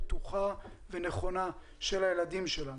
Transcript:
בטוחה ונכונה של הילדים שלנו.